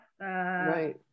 Right